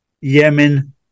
Yemen